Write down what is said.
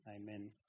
Amen